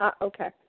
okay